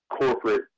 corporate